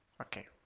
Okay